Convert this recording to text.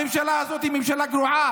הממשלה הזאת היא גרועה,